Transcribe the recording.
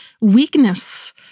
weakness